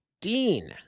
dean